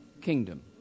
kingdom